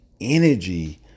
energy